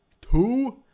two